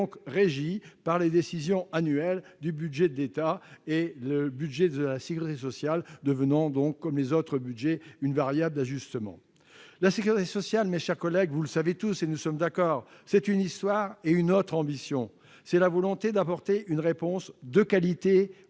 régi par les décisions annuelles du budget de l'État, le budget de la sécurité sociale devenant, comme les autres budgets, une variable d'ajustement. Vous le savez tous, mes chers collègues, la sécurité sociale, c'est une histoire et une autre ambition. C'est la volonté d'apporter une réponse de qualité aux